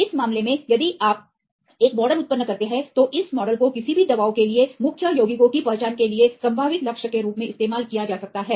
इस मामले में यदि आप एक मॉडल उत्पन्न करते हैं तो इस मॉडल को किसी भी दवाओं के लिए मुख्य यौगिकों की पहचान के लिए संभावित लक्ष्य के रूप में इस्तेमाल किया जा सकता है